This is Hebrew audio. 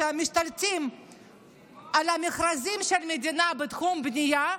משתלטות על מכרזי המדינה בתחומי הבנייה,